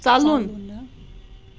ژَلُن